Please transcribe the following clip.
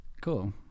Cool